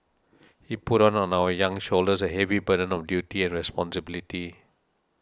he put on our young shoulders a heavy burden of duty and responsibility